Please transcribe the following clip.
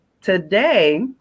today